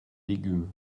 légumes